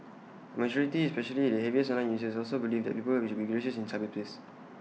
A majority especially the heaviest online users also believed that people should be gracious in cyberspace